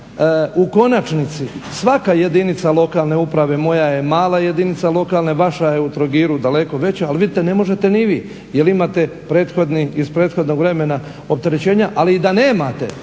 U konačnici svaka jedinica lokalne uprave, moja je mala jedinica lokalne, vaša je u Trogiru daleko veća, ali vidite ne možete ni vi jer imate iz prethodnog vremena opterećenja. Ali i da nemate